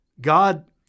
God